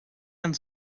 ens